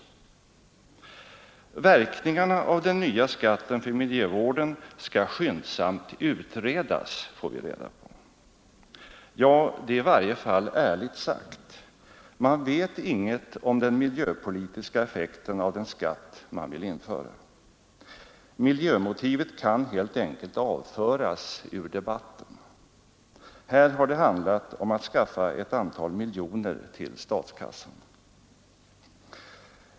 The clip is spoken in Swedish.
Verkningarna av den nya skatten för miljövården skall skyndsamt utredas, får vi veta. Ja, det är i varje fall ärligt sagt; man vet inget om den miljöpolitiska effekten av den skatt man vill införa. Miljömotivet kan helt enkelt avföras ur debatten. Här har det handlat om att skaffa ett antal miljoner till statskassan.